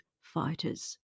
fighters